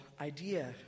idea